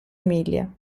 emilia